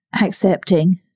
accepting